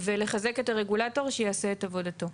ולחזק את הרגולטור שיעשה את עבודתו.